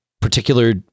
particular